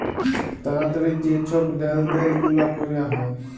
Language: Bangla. তাড়াতাড়ি যে ছব লেলদেল গুলা ক্যরা হ্যয়